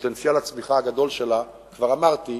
שפוטנציאל הצמיחה הגדול שלה, כבר אמרתי,